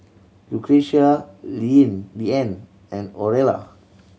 Lucretia Leeann and Orilla